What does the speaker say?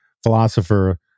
philosopher